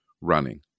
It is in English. running